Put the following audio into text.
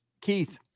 Keith